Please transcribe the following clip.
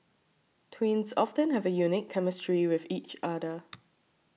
twins often have a unique chemistry with each other